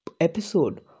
episode